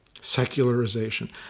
Secularization